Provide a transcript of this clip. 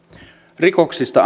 rikoksista